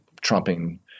trumping